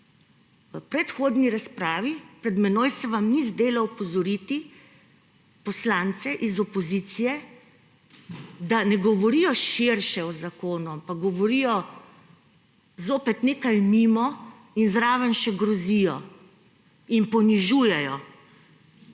V predhodni razpravi pred menoj se vam ni zdelo opozoriti poslancev iz opozicije, da ne govorijo širše o zakonu, ampak govorijo zopet nekaj mimo in zraven še grozijo in ponižujejo.